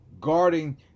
guarding